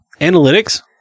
Analytics